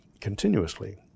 continuously